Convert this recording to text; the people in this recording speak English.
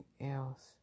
else